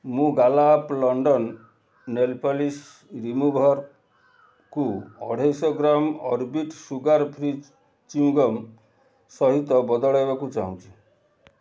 ମୁଁ Gala of London nail polish ରିମୁଭର୍କୁ ଅଢ଼େଇଶ gram Orbit sugar free chewing gum ସହିତ ବଦଳାଇବାକୁ ଚାହୁଁଛି